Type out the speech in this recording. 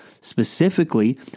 Specifically